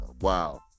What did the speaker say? wow